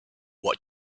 what